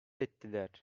ettiler